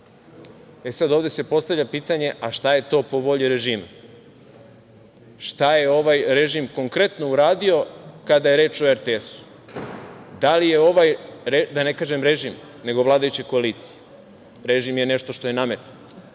sad, ovde se postavlja pitanje – a šta je to po volji režima? Šta je ovaj režim konkretno uradio kada je reč o RTS-u? Da li je ovaj, da ne kažem režim, nego vladajuća koalicija, jer režim je nešto što je nametnuto,